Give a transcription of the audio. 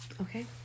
okay